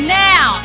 now